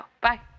Bye